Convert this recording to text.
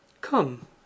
come